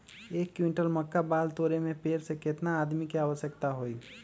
एक क्विंटल मक्का बाल तोरे में पेड़ से केतना आदमी के आवश्कता होई?